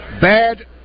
bad